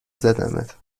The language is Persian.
زدمت